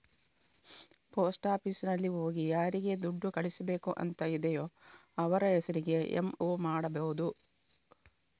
post ಆಫೀಸಿನಲ್ಲಿ ಹೋಗಿ ಯಾರಿಗೆ ದುಡ್ಡು ಕಳಿಸ್ಬೇಕು ಅಂತ ಇದೆಯೋ ಅವ್ರ ಹೆಸರಿಗೆ ಎಂ.ಒ ಮಾಡ್ಬಹುದು